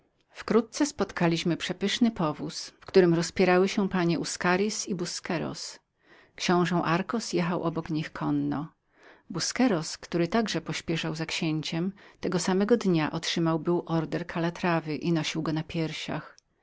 wkrótce spotkaliśmy przepyszny powóz w którym rozpierały się panie uscaritz i busqueros książe darcos jechał obok nich konno busqueros który także pospieszał za księciem tego samego dnia otrzymał był krzyż kalatrawy i nosił go na piersiach